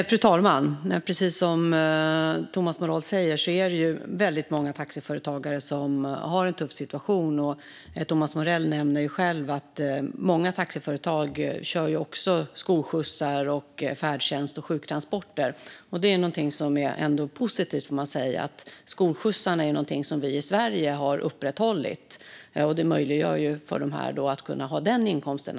Fru talman! Precis som Thomas Morell säger har väldigt många taxiföretagare en tuff situation. Thomas Morell nämner själv att många taxiföretag också kör skolskjutsar, färdtjänst och sjuktransporter. Man får ändå säga att det är positivt att vi i Sverige har upprätthållit skolskjutsarna. Det möjliggör för dem att i varje fall ha denna inkomst.